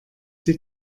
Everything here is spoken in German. sie